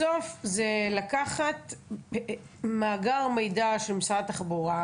בסוף זה לקחת מאגר מידע של משרד התחבורה,